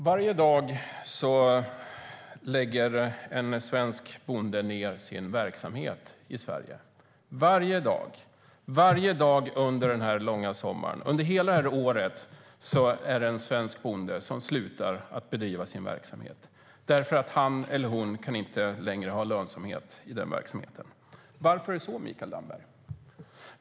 Herr talman! Varje dag lägger en svensk bonde ned sin verksamhet i Sverige. Varje dag under den här långa sommaren, under hela året, är det en svensk bonde som slutar att bedriva sin verksamhet, därför att han eller hon inte längre har lönsamhet i verksamheten. Varför är det så, Mikael Damberg?